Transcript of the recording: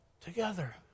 together